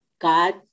God